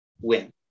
Win